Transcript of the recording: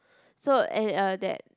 so eh uh that